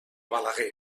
balaguer